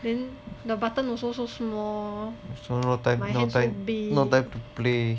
then the button also so small my hand so big